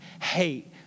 hate